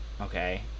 Okay